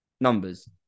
numbers